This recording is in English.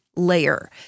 layer